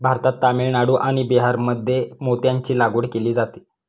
भारतात तामिळनाडू आणि बिहारमध्ये मोत्यांची लागवड केली जाते